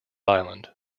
island